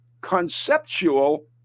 conceptual